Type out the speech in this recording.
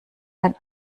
ein